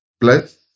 plus